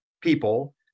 people